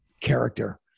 character